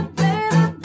baby